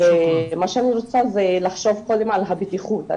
מה שאני רוצה זה לחשוב קודם על הבטיחות.